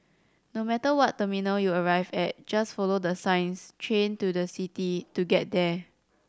no matter what terminal you arrive at just follow the signs Train to the City to get there